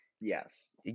Yes